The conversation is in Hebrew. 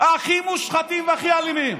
הכי מושחתים והכי אלימים.